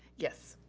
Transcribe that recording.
yes.